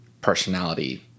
personality